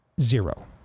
Zero